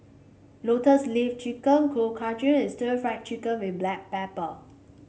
Lotus Leaf Chicken Kuih Kochi and stir Fry Chicken with Black Pepper